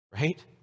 Right